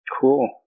Cool